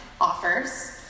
offers